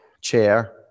chair